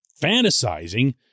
fantasizing